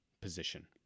position